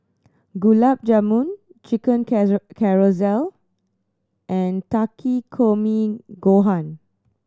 Gulab Jamun Chicken Casserole and Takikomi Gohan